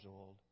old